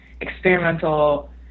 experimental